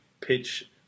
pitch